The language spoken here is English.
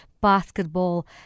Basketball